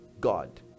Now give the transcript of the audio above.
god